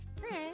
Chris